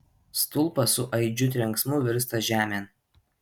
stulpas su aidžiu trenksmu virsta žemėn